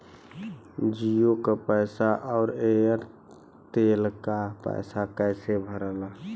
जीओ का पैसा और एयर तेलका पैसा कैसे भराला?